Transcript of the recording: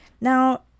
Now